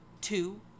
two